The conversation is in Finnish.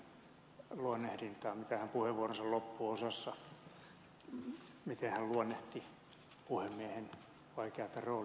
akaan penttilän luonnehdintaan miten hän puheenvuoronsa loppuosassa luonnehti puhemiehen vaikeata roolia ja tapaa tehdä työtä